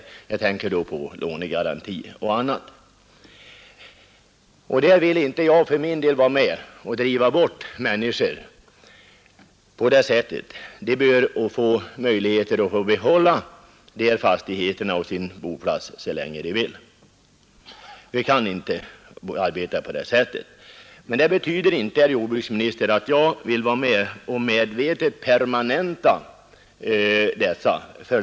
Jag tänker da på lånegaranti m.m. Jag vill för min del inte vara med om att driva bort människor på det sättet. Vi kan inte arbeta så. De bör få möjligheter att behålla fastigheterna och sin boplats så länge de vill. Men det betyder inte, herr jordbruksminister att jag vill vara med och medvetet permanenta detta.